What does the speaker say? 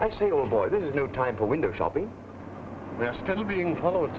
i say oh boy this is no time for window shopping they're still being followed